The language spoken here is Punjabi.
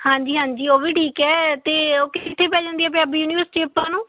ਹਾਂਜੀ ਹਾਂਜੀ ਉਹ ਵੀ ਠੀਕ ਹੈ ਅਤੇ ਉਹ ਕਿੱਥੇ ਪੈ ਜਾਂਦੀ ਪੰਜਾਬੀ ਯੂਨੀਵਰਸਿਟੀ ਆਪਾਂ ਨੂੰ